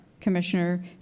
Commissioner